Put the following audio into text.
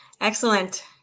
Excellent